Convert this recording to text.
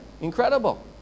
Incredible